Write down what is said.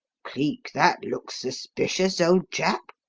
cleek, that looks suspicious, old chap,